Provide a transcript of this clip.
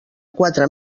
quatre